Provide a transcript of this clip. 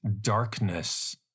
darkness